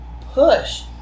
push